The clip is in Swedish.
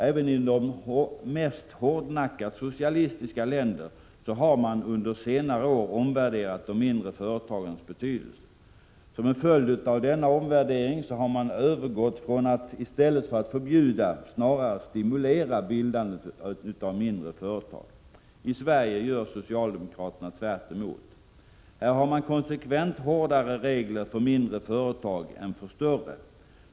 Även i de mest hårdnackat socialistiska länderna har man under senare år omvärderat de mindre företagens betydelse. Som en följd av denna omvärdering har man, i stället för att förbjuda, snarare övergått till att stimulera bildandet av mindre företag. I Sverige gör socialdemokraterna tvärt emot. Här har man konsekvent hårdare regler för mindre företag än för större.